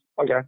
okay